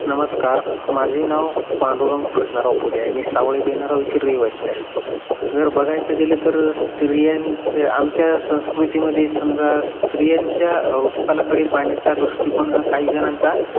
नमस्कार माझे नाव पांडुरंग कृष्णराव पोले आहे मी सावळे बेनारव येथील रहिवासी आहे जर बघायचं गेलं तर स्त्रियांच्या आमच्या संस्कृतीमध्ये समजा स्त्रियांच्या ऋतूकालाकडे पाहण्याचा दृष्टिकोन हा काही जणांचा